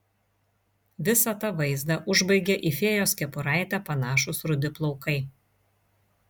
visą tą vaizdą užbaigė į fėjos kepuraitę panašūs rudi plaukai